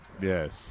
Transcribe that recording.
Yes